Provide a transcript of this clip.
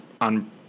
on